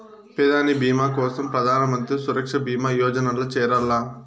పెదాని బీమా కోసరం ప్రధానమంత్రి సురక్ష బీమా యోజనల్ల చేరాల్ల